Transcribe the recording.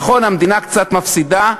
נכון, המדינה קצת מפסידה.